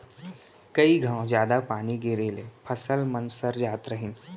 कई घौं जादा पानी गिरे ले फसल मन सर जात रहिन